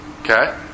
Okay